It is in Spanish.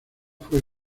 fue